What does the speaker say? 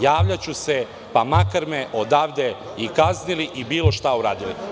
Javljaću se, pa makar me odavde i kaznili i bilo šta uradili.